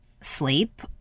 sleep